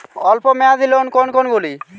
অল্প মেয়াদি লোন কোন কোনগুলি?